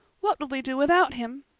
what will we do without him?